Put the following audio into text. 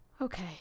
Okay